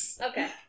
okay